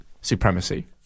Supremacy